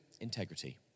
integrity